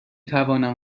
توانم